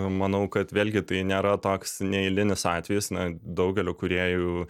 manau kad vėlgi tai nėra toks neeilinis atvejis na daugelio kūrėjų